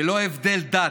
ללא הבדל דת,